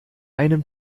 einem